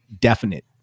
definite